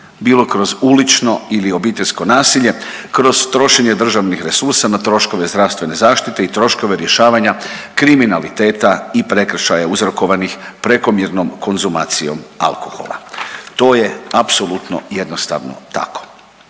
bilo kroz ulično ili obiteljsko nasilje, kroz trošenje državnih resursa na troškove zdravstvene zaštite i troškove rješavanja kriminaliteta i prekršaja uzrokovanih prekomjernom konzumacijom alkohola. To je apsolutno jednostavno tako.